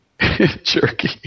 Jerky